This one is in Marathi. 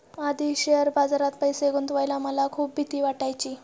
आधी शेअर बाजारात पैसे गुंतवायला मला खूप भीती वाटायची